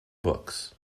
books